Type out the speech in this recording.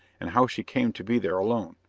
and how she came to be there alone.